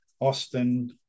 Austin